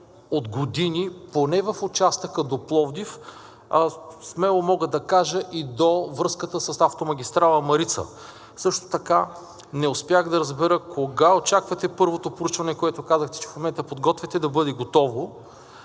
от години, поне в участъка до Пловдив, смело мога да кажа, и до връзката с автомагистрала „Марица“. Също така не успях да разбера кога очаквате първото проучване, което казахте, че в момента подготвяте, да бъде готово.